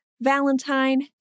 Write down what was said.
Valentine